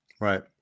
right